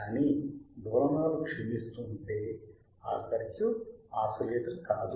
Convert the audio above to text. కానీ డోలనాలు క్షీణిస్తుంటే ఆ సర్క్యూట్ ఆసిలేటర్ కాదు